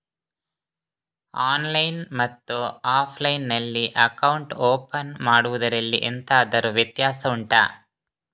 online ಮತ್ತು offline ನಲ್ಲಿ account open ಮಾಡುವುದರಲ್ಲಿ ಎಂತಾದರು ವ್ಯತ್ಯಾಸ ಉಂಟಾ